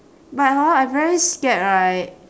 but hor I very scared right